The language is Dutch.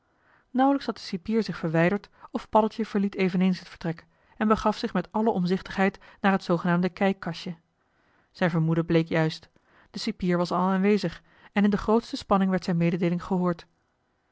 nauwelijks had de cipier zich verwijderd of padjoh h been paddeltje de scheepsjongen van michiel de ruijter deltje verliet eveneens het vertrek en begaf zich met alle omzichtigheid naar het zoogenaamde kijkkastje zijn vermoeden bleek juist de cipier was al aanwezig en in de grootste spanning werd zijn mededeeling gehoord